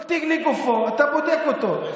כל תיק לגופו, אתה בודק אותו.